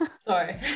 sorry